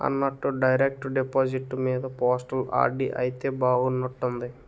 అన్నట్టు direct deposit మీద postal RD అయితే బాగున్నట్టుంది